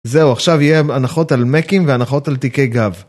זהו עכשיו יהיו הנחות על מאקים והנחות על תיקי גב